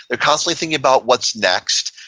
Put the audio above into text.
they're constantly thinking about what's next.